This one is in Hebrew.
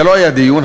זה לא היה דיון,